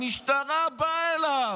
המשטרה באה אליו.